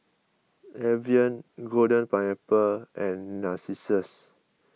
Evian Golden Pineapple and Narcissus